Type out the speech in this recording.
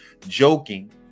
joking